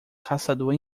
caçador